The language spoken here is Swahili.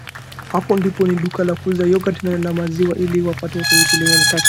Hapo ndipo ni duka la kuuza yoghurt na maziwa ili wapate kile wanataka.